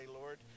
Lord